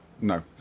No